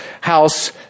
house